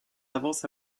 avances